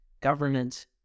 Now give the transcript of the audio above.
government